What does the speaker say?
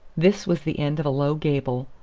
this was the end of a low gable,